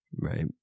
Right